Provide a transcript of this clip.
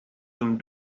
some